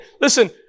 Listen